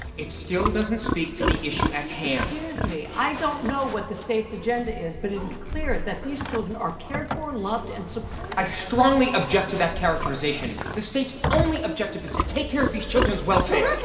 it still doesn't speak to the issue at hand. excuse me, i don't know what the state's agenda is, but it is clear that these children are cared for, loved and supported. i strongly object to that characterization. the state's only objective is to take care of these children's welfare. terrific!